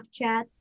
Snapchat